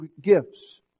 gifts